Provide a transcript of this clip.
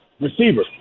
receiver